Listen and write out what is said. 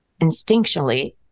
instinctually